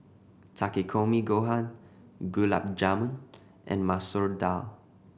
Takikomi Gohan Gulab Jamun and Masoor Dal